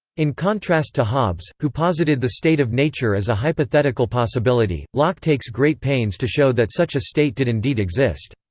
in contrast to hobbes, who posited the state of nature as a hypothetical possibility, locke takes great pains to show that such a state did indeed exist.